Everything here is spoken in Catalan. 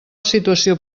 situació